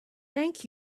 thank